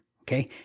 okay